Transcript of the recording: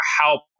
help